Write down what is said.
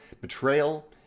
Betrayal